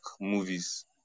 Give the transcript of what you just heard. movies